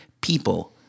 people